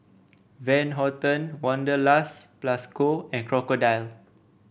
Van Houten Wanderlust Plus Co and Crocodile